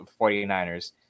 49ers